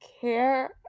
care